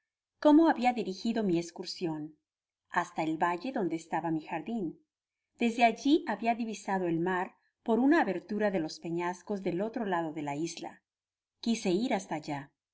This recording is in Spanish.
cómo habia dirigido mi escursion hasta el valle donde estaba mi jardin desde alli habia divisado el mar por una abertura de los peñascos del otro lado de la isla quise ir hasta allá